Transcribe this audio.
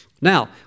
Now